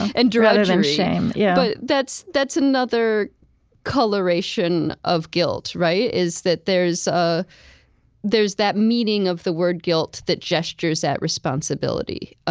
and rather than shame yeah but that's that's another coloration of guilt, is that there's ah there's that meaning of the word guilt that gestures at responsibility.